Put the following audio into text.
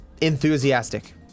enthusiastic